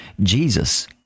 Jesus